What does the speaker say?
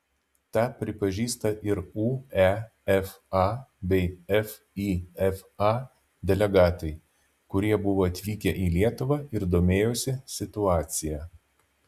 tą pripažįsta ir uefa bei fifa delegatai kurie buvo atvykę į lietuvą ir domėjosi situacija